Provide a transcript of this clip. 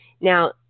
now